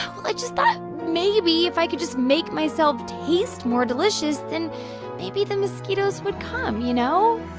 well, i just thought maybe if i could just make myself taste more delicious, then maybe the mosquitoes would come, you know?